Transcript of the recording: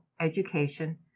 education